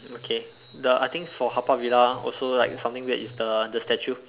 okay the I think for Haw Par Villa also like something weird is the the statue